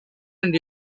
and